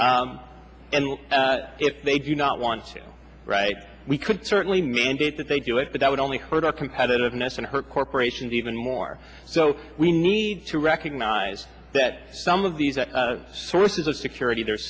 them and if they do not want to write we could certainly mandate that they do it but that would only hurt our competitiveness and hurt corporations even more so we need to recognize that some of these sources of security they're